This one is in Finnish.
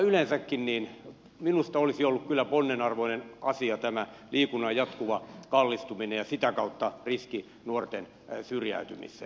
yleensäkin minusta olisi ollut kyllä ponnen arvoinen asia tämä liikunnan jatkuva kallistuminen ja sitä kautta riski nuorten syrjäytymiseen